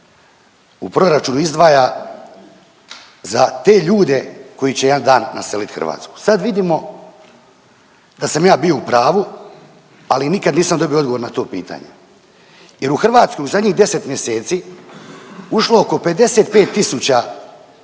u proračunu izdvaja za te ljude koji će jedan dan naselit Hrvatsku. Sad vidimo da sam ja bio u pravu ali nikad nisam dobio odgovor na to pitanje. Jer u Hrvatskoj u zadnjih 10 mjeseci ušlo oko 55